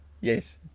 Yes